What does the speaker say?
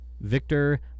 Victor